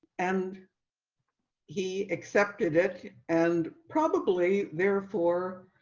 and he accepted it and probably, therefore,